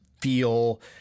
feel